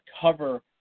cover